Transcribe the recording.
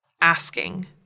asking